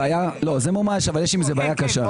זה מומש אבל יש עם זה בעיה קשה.